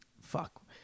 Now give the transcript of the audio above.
fuck